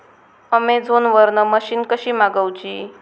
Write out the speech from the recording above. Amazon वरन machine कशी मागवची?